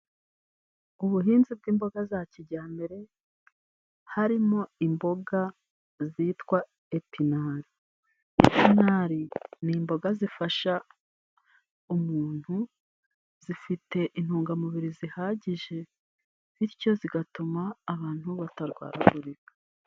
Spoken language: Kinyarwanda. Ubuhinzi bw'imboga za kijyambere harimo imboga zitwa epinari, epinari ni imboga zifasha umuntu, zifite intungamubiri zihagije bityo zigatuma abantu batarwaragurika.